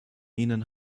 ihnen